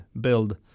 Build